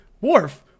Worf